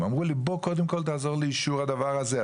הם אמרו בוא קודם כל תעזור לאישור הדבר הזה.